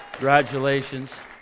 Congratulations